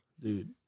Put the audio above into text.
dude